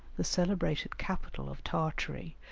the celebrated capital of tartary,